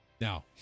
now